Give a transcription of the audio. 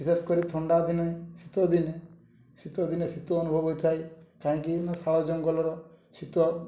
ବିଶେଷ କରି ଥଣ୍ଡା ଦିନେ ଶୀତ ଦିନେ ଶୀତ ଦିନେ ଶୀତ ଅନୁଭବ ହୋଇଥାଏ କାହିଁକି ନା ଶାଳ ଜଙ୍ଗଲର ଶୀତୁଆ